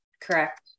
correct